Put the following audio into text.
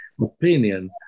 opinion